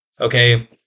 okay